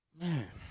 Man